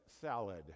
salad